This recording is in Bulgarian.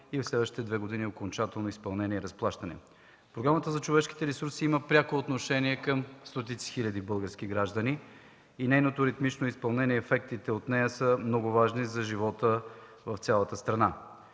и в следващите две години – окончателно изпълнение и разплащане. Програмата за развитие на човешките ресурси има пряко отношение към стотици хиляди български граждани и нейното ритмично изпълнение. Ефектите от нея са много важни за живота в цялата страна,